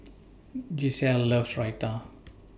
Gisselle loves Raita